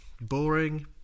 boring